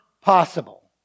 possible